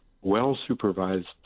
well-supervised